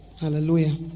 Hallelujah